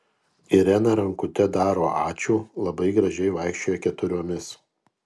irena rankute daro ačiū labai gražiai vaikščioja keturiomis